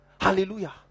Hallelujah